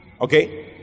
Okay